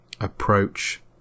approach